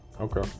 Okay